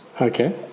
okay